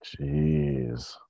Jeez